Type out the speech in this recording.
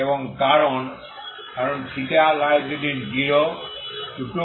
এবং কারণ 0θ2π